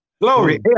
Glory